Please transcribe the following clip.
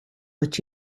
what